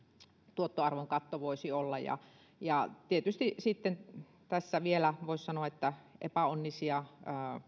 tuottoarvon katto voisi olla tietysti sitten tässä vielä voisi sanoa että on ollut epäonnisia